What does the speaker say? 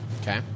Okay